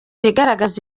igaragaza